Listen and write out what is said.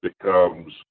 becomes